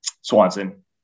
Swanson